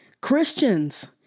Christians